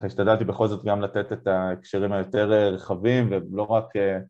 השתדלתי בכל זאת גם לתת את ההקשרים היותר רחבים ולא רק...